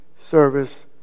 service